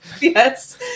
Yes